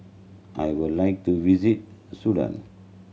I would like to visit Sudan